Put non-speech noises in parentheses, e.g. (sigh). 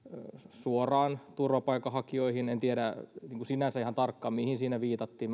suoraan turvapaikanhakijoihin en tiedä niin kuin sinänsä ihan tarkkaan mihin siinä viitattiin (unintelligible)